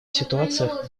ситуациях